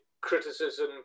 criticism